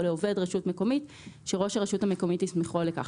לעובד רשות מקומית שראש הרשות המקומית הסמיכו לכך".